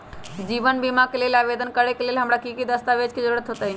जीवन बीमा के लेल आवेदन करे लेल हमरा की की दस्तावेज के जरूरत होतई?